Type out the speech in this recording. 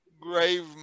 grave